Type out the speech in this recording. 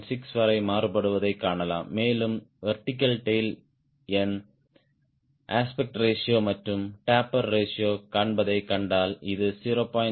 6 வரை மாறுபடுவதைக் காணலாம் மேலும் வெர்டிகல் டேய்ல் எண் அஸ்பெக்ட் ரேஷியோ மற்றும் டேப்பர் ரேஷியோ காண்பதைக் கண்டால் இது 0